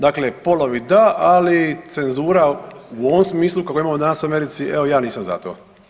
Dakle, polovi da ali cenzura u ovome smislu kako imamo danas u Americi evo ja nisam za to.